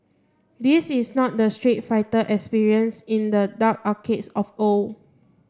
this is not the Street Fighter experience in the dark arcades of old